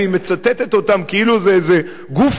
והיא מצטטת אותם כאילו זה איזה גוף